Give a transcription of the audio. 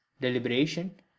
deliberation